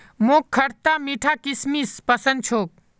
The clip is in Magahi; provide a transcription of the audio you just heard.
मोक खटता मीठा किशमिश पसंद छोक